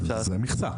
זאת מכסה.